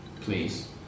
please